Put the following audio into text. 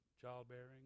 childbearing